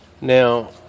Now